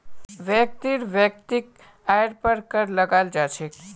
व्यक्तिर वैयक्तिक आइर पर कर लगाल जा छेक